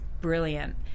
brilliant